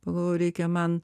pagalvojau reikia man